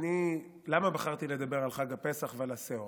למה בחרתי לדבר על חג הפסח ועל השאור?